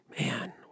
Man